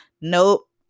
Nope